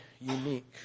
unique